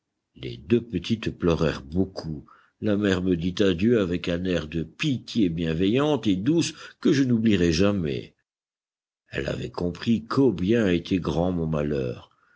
les deux petites pleurèrent beaucoup la mère me dit adieu avec un air de pitié bienveillante et douce que je n'oublierai jamais elle avait compris combien était grand mon malheur